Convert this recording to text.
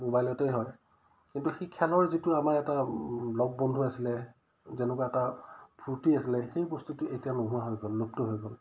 মোবাইলতে হয় কিন্তু সেই খেলৰ যিটো আমাৰ এটা লগ বন্ধু আছিলে যেনেকুৱা এটা ফূৰ্তি আছিলে সেই বস্তুটো এতিয়া নোহোৱা হৈ গ'ল লুপ্ত হৈ গ'ল